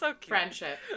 friendship